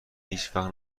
هیچوقت